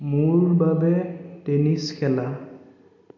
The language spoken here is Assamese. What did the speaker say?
মোৰ বাবে টেনিছ খেলা